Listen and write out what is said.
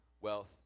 wealth